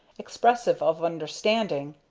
expressive of understanding,